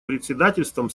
председательством